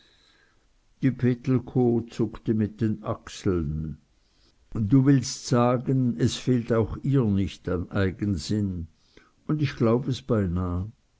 die pittelkow zuckte mit den achseln du willst sagen es fehlt auch ihr nicht an eigensinn und ich glaub es beinah